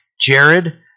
Jared